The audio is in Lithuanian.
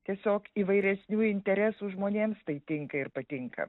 tiesiog įvairesnių interesų žmonėms tai tinka ir patinka